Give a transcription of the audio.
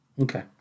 Okay